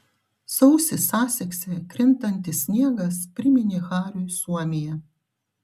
sausį sasekse krintantis sniegas priminė hariui suomiją